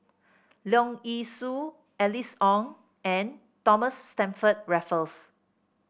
Leong Yee Soo Alice Ong and Thomas Stamford Raffles